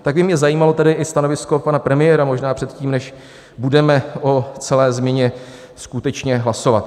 Tak by mě zajímalo tedy i stanovisko pana premiéra možná předtím, než budeme o celé změna skutečně hlasovat.